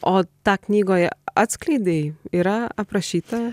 o tą knygoje atskleidei yra aprašyta